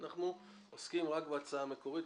אנחנו עוסקים רק בהצעה המקורית,